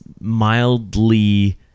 mildly